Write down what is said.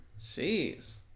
jeez